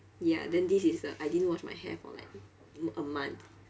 ya then this is a I didn't wash my hair for like a month